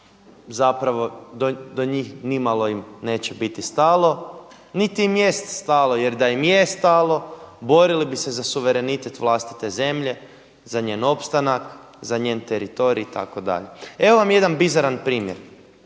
zapravo do njih nimalo im neće biti stalo, niti im jeste stalo jer da im je stalo borili bi se za suverenitet vlastite zemlje, za njen opstanak, za njen teritorij itd. Evo vam jedan bizaran primjer,